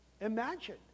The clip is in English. Imagine